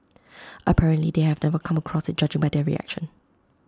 apparently they have never come across IT judging by their reaction